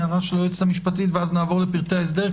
הערה של היועצת המשפטית ונעבור לפרטי ההסדר,